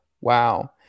wow